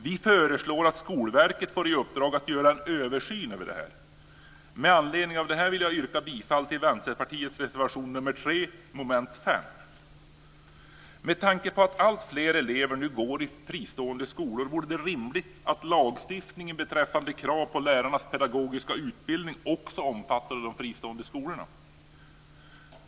Vi föreslår att Skolverket får i uppdrag att göra en översyn av detta. Jag vill därför yrka bifall till Vänsterpartiets reservation nr 3 under mom. 5. Med tanke på att alltfler elever nu går i fristående skolor vore det rimligt att lagstiftningen beträffande krav på lärarnas pedagogiska utbildning också omfattade de fristående skolorna.